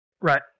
right